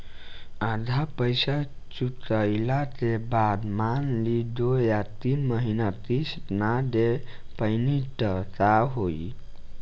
आधा पईसा चुकइला के बाद मान ली दो या तीन महिना किश्त ना दे पैनी त का होई?